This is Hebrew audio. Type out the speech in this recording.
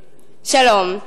שלום,